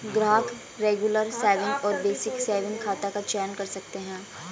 ग्राहक regular saving और basic saving खाता का चयन कर सकते है